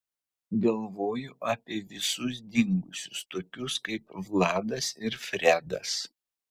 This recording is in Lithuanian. galvoju apie visus dingusius tokius kaip vladas ir fredas